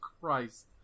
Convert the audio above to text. Christ